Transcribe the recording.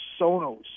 Sonos